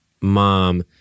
mom